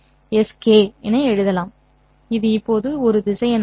இதை S̄ k என எழுதுங்கள் இது இப்போது ஒரு திசையன் ஆகும்